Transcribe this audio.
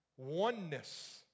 Oneness